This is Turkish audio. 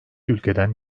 ülkeden